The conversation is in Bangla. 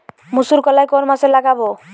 মুসুর কলাই কোন মাসে লাগাব?